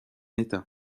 état